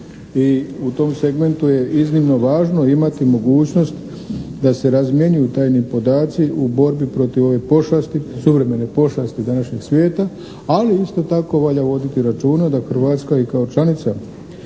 u tom segmentu je iznimno važno imati mogućnost da se razmjenjuju tajni podaci u borbi protiv ove suvremene pošasti današnjeg svijeta, ali isto tako valja voditi računa da Hrvatska i kao članica